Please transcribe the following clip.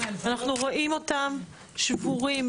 אנחנו רואים אותם שבורים,